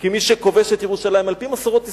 כי מי שכובש את ירושלים, על-פי מסורות אסלאמיות,